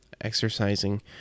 exercising